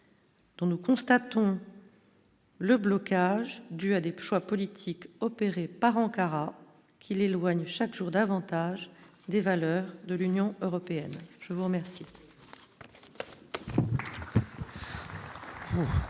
Nous constatons. Le blocage du à des choix politiques opérés par Ankara qui l'éloigne chaque jour davantage, des valeurs de l'Union européenne, je vous remercie.